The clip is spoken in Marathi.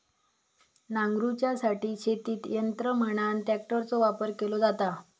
नांगरूच्यासाठी शेतीत यंत्र म्हणान ट्रॅक्टरचो वापर केलो जाता